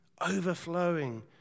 overflowing